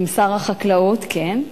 עם שר החקלאות, כן.